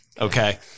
okay